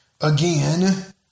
Again